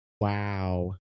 Wow